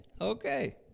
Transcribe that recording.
Okay